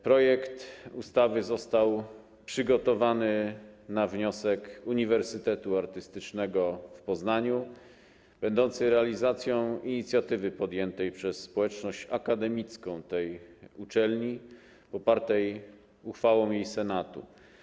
Projekt ustawy został przygotowany na wniosek Uniwersytetu Artystycznego w Poznaniu będący realizacją inicjatywy podjętej przez społeczność akademicką tej uczelni, popartej uchwałą jej senatu.